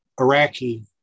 Iraqi